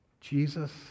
Jesus